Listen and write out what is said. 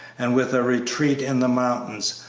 and with a retreat in the mountains,